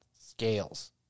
scales